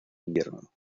invierno